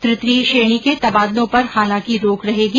तृतीय श्रेणी के तबादलों पर हालांकि रोक रहेगी